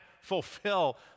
fulfill